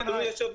אדוני היושב-ראש,